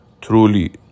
Truly